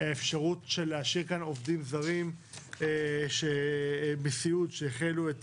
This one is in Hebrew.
האפשרות להשאיר כאן עובדים זרים בסיעוד שהחלו את